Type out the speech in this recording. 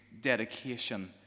dedication